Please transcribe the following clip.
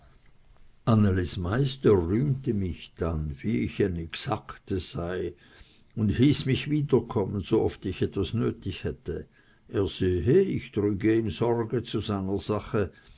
meister rühmte mich dann wie ich ein exakte sei und hieß mich wiederkommen sooft ich etwas nötig hätte er sehe ich trüge ihm sorge zu seiner sache